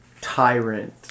tyrant